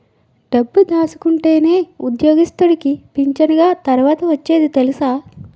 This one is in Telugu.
డబ్బు దాసుకుంటేనే ఉద్యోగస్తుడికి పింఛనిగ తర్వాత ఒచ్చేది తెలుసా